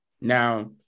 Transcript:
Now